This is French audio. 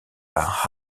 par